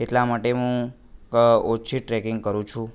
એટલા માટે હું ઓછી ટ્રેકિંગ કરું છું